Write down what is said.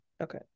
okay